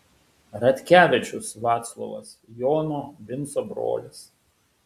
radkevičius vaclovas jono vinco brolis